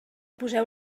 poseu